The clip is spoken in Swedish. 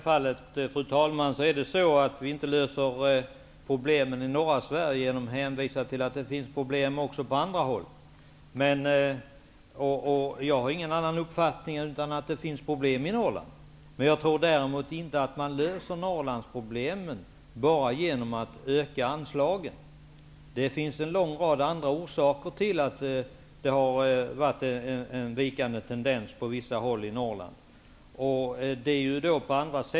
Fru talman! Självfallet löser vi inte problemen i norra Sverige genom att hänvisa till att det finns problem också på andra håll. Jag har ingen annan uppfattning än att det finns problem i Norrland. Men jag tror inte att man löser Norrlandsproblemen bara genom att öka anslagen. Det finns en lång rad andra orsaker till att det har varit en vikande tendens på vissa håll i Norrland.